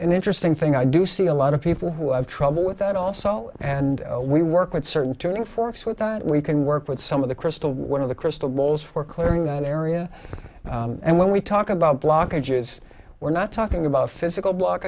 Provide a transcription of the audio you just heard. an interesting thing i do see a lot of people who have trouble with that also and we work with certain turning forks with that we can work with some of the crystal one of the crystal balls for clearing that area and when we talk about blockages we're not talking about physical block